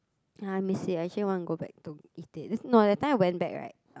ya I miss it I actually want to go back to eat it no that time I went back right